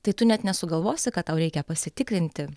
tai tu net nesugalvosi kad tau reikia pasitikrinti